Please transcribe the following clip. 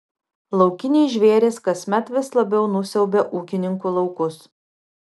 laukiniai žvėrys kasmet vis labiau nusiaubia ūkininkų laukus